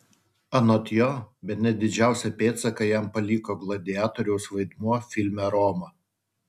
anot jo bene didžiausią pėdsaką jam paliko gladiatoriaus vaidmuo filme roma